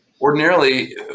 Ordinarily